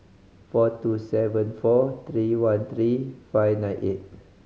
four two seven four three one three five nine eight